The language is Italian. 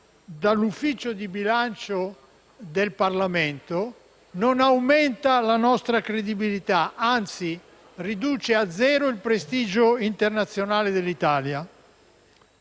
dall'Ufficio parlamentare di bilancio non aumenta la nostra credibilità, anzi riduce a zero il prestigio internazionale dell'Italia.